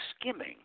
skimming